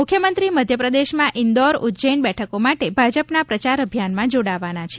મુખ્યમંત્રી મધ્યપ્રદેશમાં ઇન્દોર ઉજૈન બેઠકો માટે ભાજપના પ્રચાર અભિયાનમાં જોડાવાના છે